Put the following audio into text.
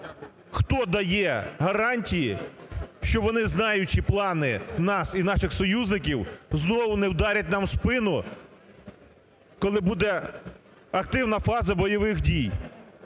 Хто дає гарантії, що вони, знаючи плани нас і наших союзників, знову не вдарять нам в спину, коли буде активна фаза бойових дій.